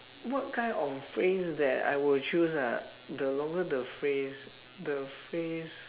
what kind of phrase that I will choose ah the longer the phrase the phrase